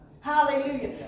Hallelujah